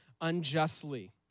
unjustly